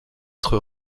être